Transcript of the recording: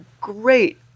great